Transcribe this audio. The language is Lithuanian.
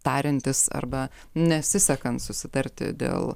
tariantis arba nesisekant susitarti dėl